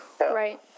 right